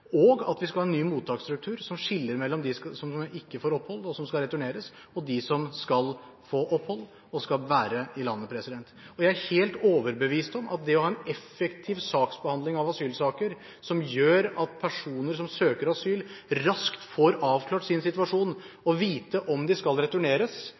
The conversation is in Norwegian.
og at vi skal ha en ny mottaksstruktur, som skiller mellom dem som ikke får opphold, og som skal returneres, og dem som skal få opphold, og som skal være i landet. Jeg er helt overbevist om at det å ha en effektiv saksbehandling av asylsaker som gjør at personer som søker asyl, raskt får avklart sin situasjon og får vite om de skal returneres,